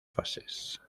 fases